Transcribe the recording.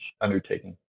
undertaking